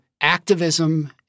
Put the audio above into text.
activism